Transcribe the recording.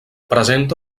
presenta